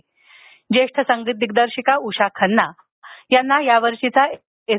तर ज्येष्ठ संगीत दिग्दर्शिका उषा खन्ना यांना या वर्षीचा एस